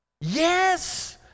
Yes